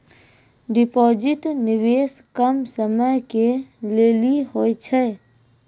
Deposit निवेश कम समय के लेली होय छै?